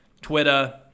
Twitter